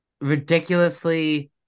ridiculously